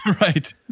right